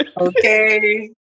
Okay